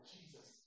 Jesus